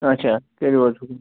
اَچھا کٔرِو حظ حُکُم